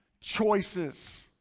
choices